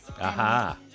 aha